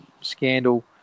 scandal